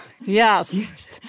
Yes